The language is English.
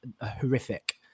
horrific